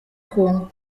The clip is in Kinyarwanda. kongo